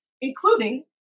including